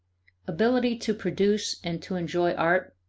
ability to produce and to enjoy art,